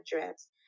address